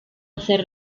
hacer